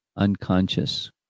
Unconscious